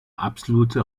absolute